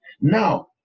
Now